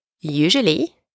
usually